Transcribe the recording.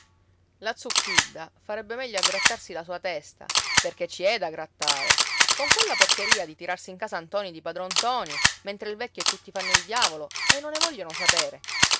mestiere la zuppidda farebbe meglio a grattarsi la sua testa perché ci è da grattare con quella porcheria di tirarsi in casa ntoni di padron ntoni mentre il vecchio e tutti fanno il diavolo e non ne vogliono sapere